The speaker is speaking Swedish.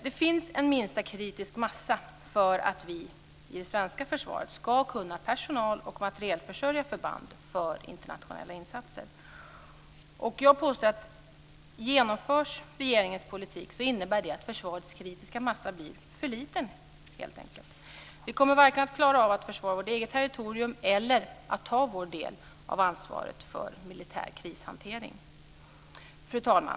Det finns en minsta kritisk massa för att vi i det svenska försvaret ska kunna personal och materielförsörja förband för internationella insatser. Jag påstår att om regeringens politik genomförs innebär det att försvarets kritiska massa helt enkelt blir för liten. Vi kommer varken att klara av att försvara vårt eget territorium eller att ta vår del av ansvaret för militär krishantering. Fru talman!